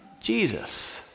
Jesus